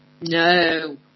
No